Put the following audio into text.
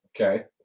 Okay